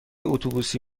اتوبوسی